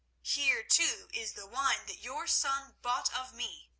here too is the wine that your son bought of me.